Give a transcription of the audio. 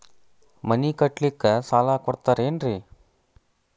ಮನಿ ಕಟ್ಲಿಕ್ಕ ಸಾಲ ಕೊಡ್ತಾರೇನ್ರಿ?